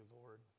Lord